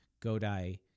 Godai